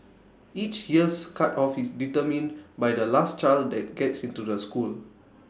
each year's cut off is determined by the last child that gets into the school